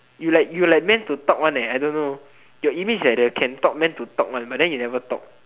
you like you like meant to talk one eh I don't know your image like the can talk meant to talk one but then you never talk